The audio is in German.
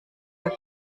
zur